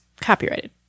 copyrighted